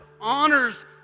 honors